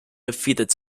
defeated